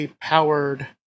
powered